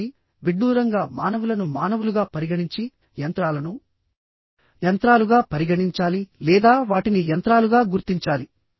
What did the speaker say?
కాబట్టివిడ్డూరంగామానవులను మానవులుగా పరిగణించి యంత్రాలను యంత్రాలుగా పరిగణించాలి లేదా వాటిని యంత్రాలుగా గుర్తించాలి